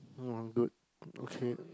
no I'm good okay